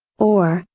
or,